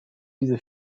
diese